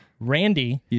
Randy